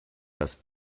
dass